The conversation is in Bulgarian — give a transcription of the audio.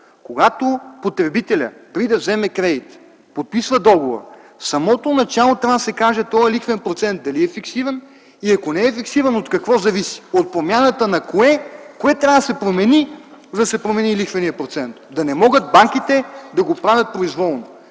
когато потребителят, преди да вземе кредит, подписва договора, в самото начало трябва да се каже дали този лихвен процент е фиксиран. И ако не е фиксиран, от какво зависи – кое трябва да се промени, за да се промени лихвеният процент, да не могат банките да го правят произволно.